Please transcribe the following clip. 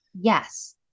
Yes